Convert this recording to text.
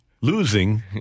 losing